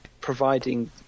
providing